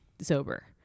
sober